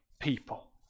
people